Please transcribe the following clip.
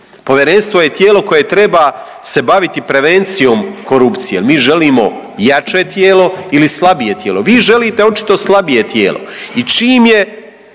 Povjerenstvo je tijelo koje treba se baviti prevencijom korupcije, mi želimo jače tijelo ili slabije tijelo. Vi želite očito slabije tijelo i čim je